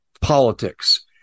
politics